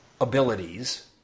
abilities